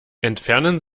entfernen